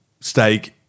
steak